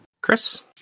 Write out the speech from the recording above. Chris